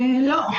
לא.